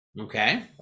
okay